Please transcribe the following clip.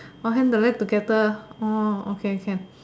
!wah! hand the leg together orh okay can